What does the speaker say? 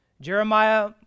Jeremiah